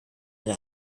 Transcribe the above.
eine